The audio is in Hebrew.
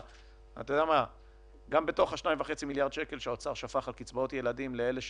גם בתוך ה-2.5 מיליארד שקלים שהאוצר שפך על קצבאות ילדים לאלה שצריכים,